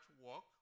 work